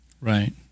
Right